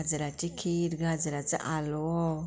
गाजराची खीर गाजराचो हालवो